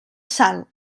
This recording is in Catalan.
sal